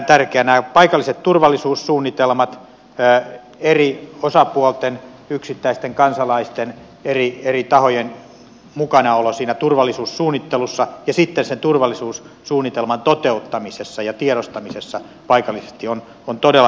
nämä paikalliset turvallisuussuunnitelmat eri osapuolten yksittäisten kansalaisten eri tahojen mukanaolo siinä turvallisuussuunnittelussa ja turvallisuussuunnitelman toteuttamisessa ja tiedostamisessa paikallisesti ovat todella tärkeitä